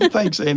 ah thanks anny.